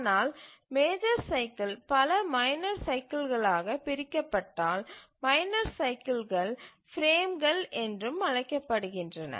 ஆனால் major cycle பல minor சைக்கில்களாகப் பிரிக்கப்பட்டால் மைனர் சைக்கில்கள் பிரேம்கள் என்றும் அழைக்கப்படுகின்றன